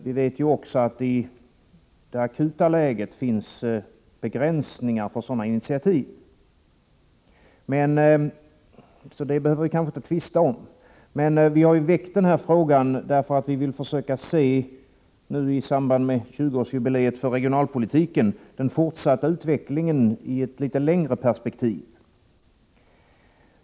Vi vet också att det i det akuta läget finns begränsningar för sådana initiativ som vi föreslår. Det behöver vi kanske inte tvista om. Men vi har väckt denna fråga för att vi, i samband med tjugoårsjubileet för regionalpolitiken, vill försöka se den fortsatta utvecklingen i ett litet längre perspektiv.